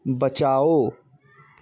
बचाओ